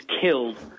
killed